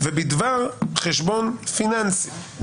ובדבר חשבון פיננסי.